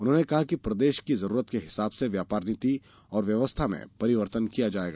उन्होंने कहा कि प्रदेश की जरूरत के हिसाब से व्यापार नीति और व्यवस्था में परिवर्तन किया जायेगा